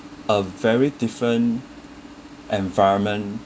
a very different environment